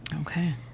Okay